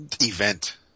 event